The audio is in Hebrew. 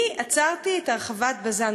אני עצרתי את הרחבת בז"ן,